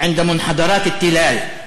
(אומר דברים בשפה הערבית)